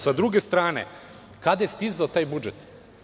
Sa druge strane, kada je stizao taj budžet?